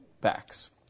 backs